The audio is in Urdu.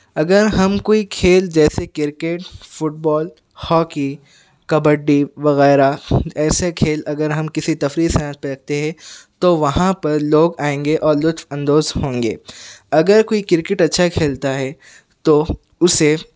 اگر ہم کوئی کھیل جیسے cricket football hockey kabaddi وغیرہ ایسے کھیل اگر ہم کسی تفریحی صنعت پہ رکھتے ہے تو وہاں پر لوگ آئیں گے اور لُطف اندوز ہوں گے اگر کوئی کرکٹ اچھا کھیلتا ہے تو اُسے